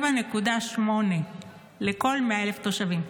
7.8 על כל 100,000 תושבים.